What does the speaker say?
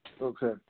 Okay